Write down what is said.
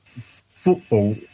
football